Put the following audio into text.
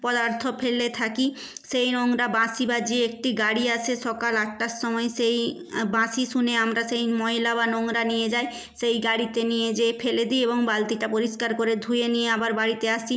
পদার্থ ফেলে থাকি সেই নোংরা বাঁশি বাজিয়ে একটি গাড়ি আসে সকাল আটটার সময় সেই বাঁশি শুনে আমরা সেই ময়লা বা নোংরা নিয়ে যাই সেই গাড়িতে নিয়ে যেয়ে ফেলে দিই এবং বালতিটা পরিষ্কার করে ধুয়ে নিয়ে আবার বাড়িতে আসি